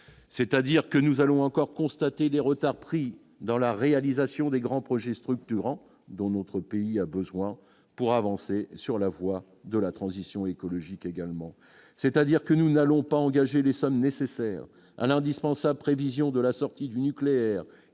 c'est-à-dire que nous allons encore. Constaté des retards pris dans la réalisation des grands projets structurants dont notre pays a besoin pour avancer sur la voie de la transition écologique également, c'est-à-dire que nous n'allons pas engager des sommes nécessaires à l'indispensable prévision de la sortie du nucléaire,